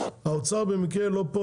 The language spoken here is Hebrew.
האוצר לא פה,